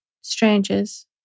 strangers